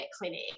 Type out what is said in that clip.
clinic